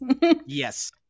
Yes